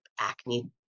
acne